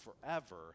forever